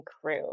crew